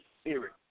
spirit